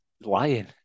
Lying